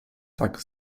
tak